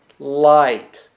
Light